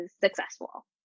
successful